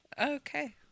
Okay